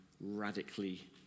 radically